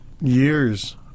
years